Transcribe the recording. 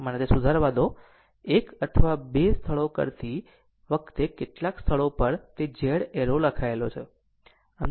મને તે સુધારવા દો એક અથવા બે સ્થળો કરતી વખતે કેટલાક સ્થળો પર તે Z એરો લખાયેલ છે